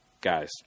Guys